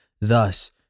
thus